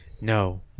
no